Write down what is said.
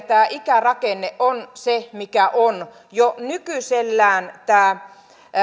tämä ikärakenne on se mikä on jo nykyisellään tämä